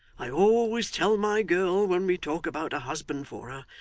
i always tell my girl when we talk about a husband for her,